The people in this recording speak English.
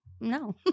no